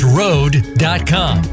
road.com